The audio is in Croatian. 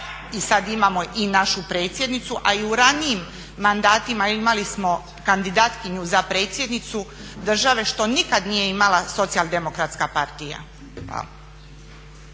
i sada imamo i našu predsjednicu a i u ranijim mandatima imali smo kandidatkinju za predsjednicu države što nikad nije imala Socijaldemokratska partija.